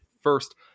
first